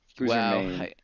wow